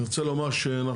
אני רוצה לומר שאנחנו